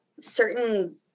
certain